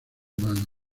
mano